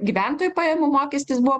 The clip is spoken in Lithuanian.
gyventojų pajamų mokestis buvo